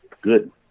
good